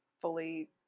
fully